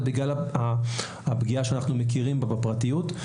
ובגלל הפגיעה שאנחנו מכירים בה בפרטיות.